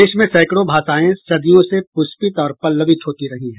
देश में सैंकड़ों भाषायें सदियों से पुष्पित और पल्लवित होती रही हैं